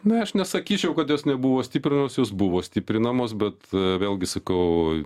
ne aš nesakyčiau kad jos nebuvo stiprinamos jos buvo stiprinamos bet vėlgi sakau